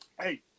Hey